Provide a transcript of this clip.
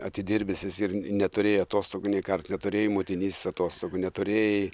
atidirbęs esi ir neturėjai atostogų nei kart neturėjai motinystės atostogų neturėjai